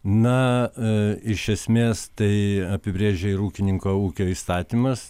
na a iš esmės tai apibrėžia ir ūkininko ūkio įstatymas